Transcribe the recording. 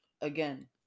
again